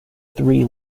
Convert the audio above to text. three